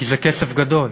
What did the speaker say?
כי זה כסף גדול,